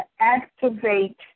activate